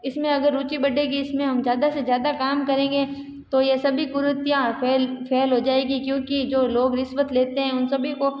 इसमें अगर रूचि बढ़ेगी इसमें हम ज़्यादा से ज़्यादा काम करेंगे तो यह सभी कुरीतियाँ फेल फेल हो जाएँगी क्योंकि जो लोग रिश्वत लेते हैं उन सभी को